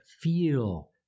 feel